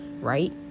right